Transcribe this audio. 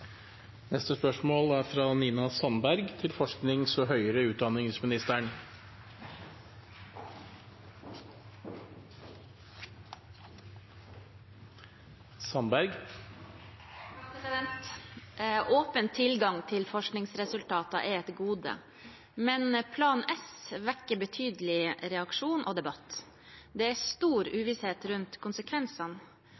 til spørsmål 6. «Åpen tilgang til forskningsresultater er et gode, men Plan S vekker betydelig reaksjon og debatt. Det er stor